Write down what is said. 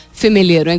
familiar